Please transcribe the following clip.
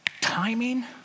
timing